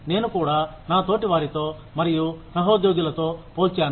నేను కూడా నా తోటి వారితో మరియు సహోద్యోగులతో పోల్చాను